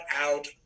out